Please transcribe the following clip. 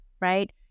right